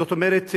זאת אומרת,